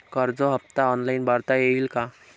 कर्ज हफ्ता ऑनलाईन भरता येईल का?